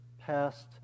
past